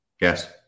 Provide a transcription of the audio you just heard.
Yes